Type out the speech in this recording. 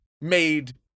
made